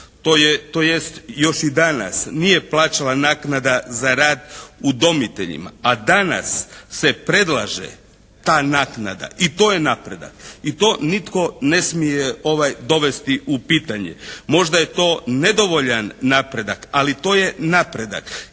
tj. još i danas nije plaćala naknada za rad udomiteljima a danas se predlaže ta naknada i to je napredak. I to nitko ne smije dovesti u pitanje. Možda je to nedovoljan napredak, ali to je napredak.